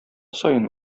саен